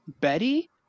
Betty